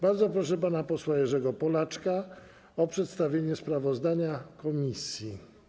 Bardzo proszę pana posła Jerzego Polaczka o przedstawienie sprawozdania komisji.